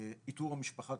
איתור המשפחה,